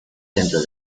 dentro